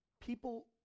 people